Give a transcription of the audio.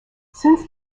since